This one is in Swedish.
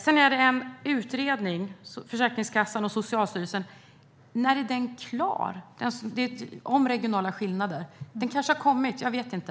Jag undrar också om Försäkringskassans och Socialstyrelsens utredning om regionala skillnader. När blir den klar? Den kanske har kommit - jag vet inte.